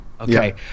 Okay